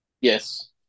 Yes